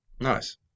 Nice